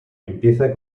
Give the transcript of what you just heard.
empieza